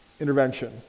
intervention